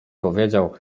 powiedział